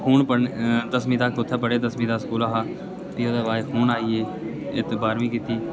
हून पढ़ने दसवीं तक उत्थै पढ़े दसवीं दा स्कूल हा फ्ही ओह्दे बाद च हून आइयै ऐत बारह्बीं कीती